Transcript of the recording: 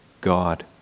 God